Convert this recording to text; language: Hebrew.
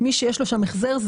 מי שיש לו שם החזר,